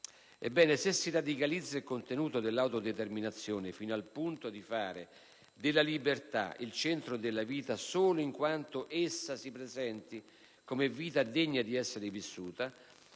Ebbene, se si radicalizza il contenuto dell'autodeterminazione, fino al punto di fare della libertà il centro della vita solo in quanto essa si presenti come vita degna di essere vissuta,